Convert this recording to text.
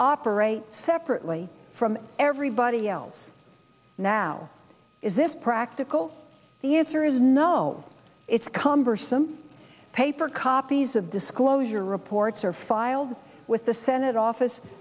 operate separately from everybody else now is this practical the answer is no it's cumbersome paper copies of disclosure reports are filed with the senate office